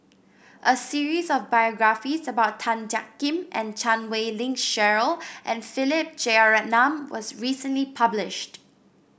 a series of biographies about Tan Jiak Kim and Chan Wei Ling Cheryl and Philip Jeyaretnam was recently published